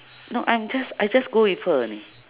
no I'm just I just go with her only